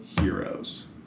heroes